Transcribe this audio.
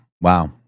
Wow